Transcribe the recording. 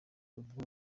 ubwo